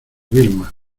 vilma